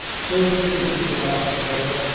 so complete was the darkness, however,